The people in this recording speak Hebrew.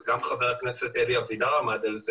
אבל כפי שחבר הכנסת אלי אבידר אמר,